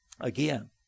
again